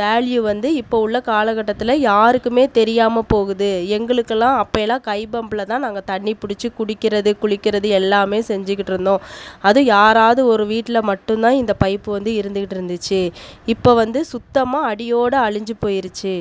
value வந்து இப்போ உள்ள காலகட்டத்தில் யாருக்கும் தெரியாமல் போகுது எங்களுக்கெல்லாம் அப்போலாம் கை பம்ப்பில் தான் நாங்கள் தண்ணி பிடிச்சி குடிக்கிறது குளிக்கிறது எல்லாம் செஞ்சுகிட்ருந்தோம் அதுவும் யாராவது ஒரு வீட்டில் மட்டும்தான் இந்த பைப்பு வந்து இருந்துகிட்டு இருந்துச்சு இப்போ வந்து சுத்தமாக அடியோடு அழிஞ்சு போயிடுச்சி